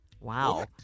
Wow